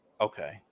okay